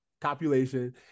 copulation